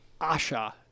Asha